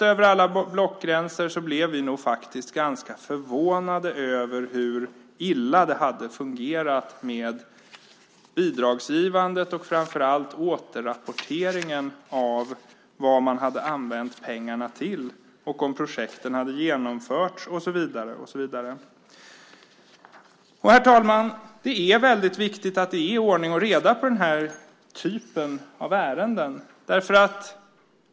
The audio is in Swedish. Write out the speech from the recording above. Över alla blockgränser blev vi faktiskt ganska förvånade över hur illa det hade fungerat med bidragsgivandet och framför allt med återrapporteringen av vad man hade använt pengarna till, om projekten hade genomförts och så vidare. Herr talman! Det är väldigt viktigt att det är ordning och reda på den här typen av ärenden.